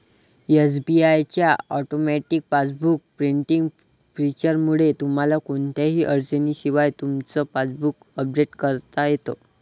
SBI च्या automatic passbook printing फीचरमुळे तुम्हाला कोणत्याही अडचणीशिवाय तुमचं पासबुक अपडेट करता येतं